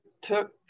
took